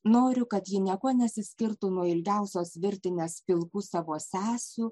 noriu kad ji niekuo nesiskirtų nuo ilgiausios virtinės pilkų savo sesių